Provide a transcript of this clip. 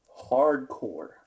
hardcore